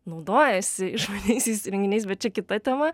naudojasi išmaniaisiais įrenginiais bet čia kita tema